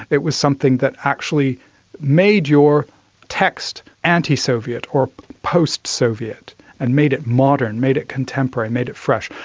it was something that actually made your text anti-soviet or post-soviet and made it modern, made it contemporary, made it fresh.